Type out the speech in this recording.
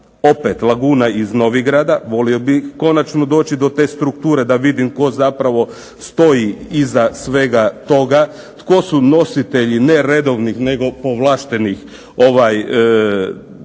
opet Laguna iz Novigrada, voli bih konačno doći do te strukture da vidim tko zapravo stoji iza svega toga, tko su nositelji ne redovnih nego povlaštenih dionica.